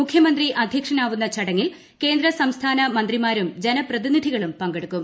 മുഖ്യമന്തി അധ്യക്ഷനാവുന്ന ചടങ്ങിൽ കേന്ദ്ര സംസ്ഥാന മന്ത്രിമാരും ജനപ്രതിനിധികളും പങ്കെടുക്കും